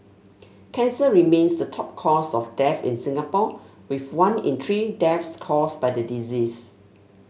cancer remains the top cause of death in Singapore with one in three deaths caused by the disease